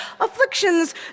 afflictions